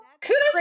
Kudos